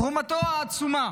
תרומתו העצומה